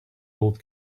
old